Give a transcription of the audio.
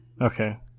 okay